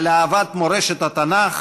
על אהבת מורשת התנ"ך